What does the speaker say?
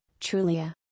trulia